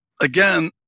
again